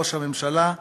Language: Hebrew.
ראש הממשלה,